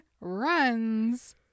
Runs